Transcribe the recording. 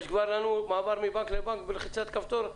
יש לנו כבר מעבר מבנק לבנק בלחיצת כפתור?